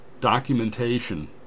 documentation